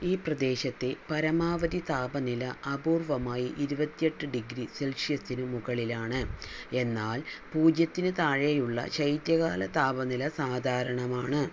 ഈ പ്രദേശത്തെ പരമാവധി താപനില അപൂർവ്വമായി ഇരുപത്തിയെട്ട് ഡിഗ്രി സെൽഷ്യസിനു മുകളിലാണ് എന്നാൽ പൂജ്യത്തിന് താഴെയുള്ള ശൈത്യകാല താപനില സാധാരണമാണ്